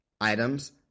items